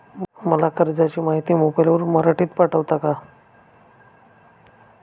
मला कर्जाची माहिती मोबाईलवर मराठीत पाठवता का?